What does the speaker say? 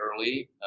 early